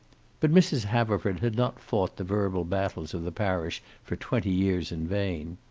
but mrs. haverford had not fought the verbal battles of the parish for twenty years in vain.